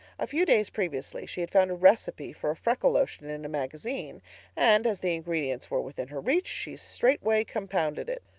a few days previously she had found a recipe for a freckle lotion in a magazine and, as the ingredients were within her reach, she straightway compounded it,